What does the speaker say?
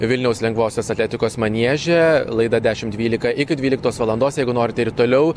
vilniaus lengvosios atletikos manieže laida dešimt dvylika iki dvyliktos valandos jeigu norite ir toliau